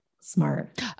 Smart